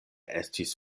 estis